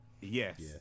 yes